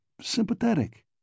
sympathetic